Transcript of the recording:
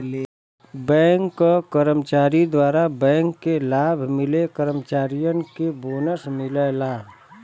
bank क कर्मचारी द्वारा बैंक के लाभ मिले कर्मचारियन के बोनस मिलला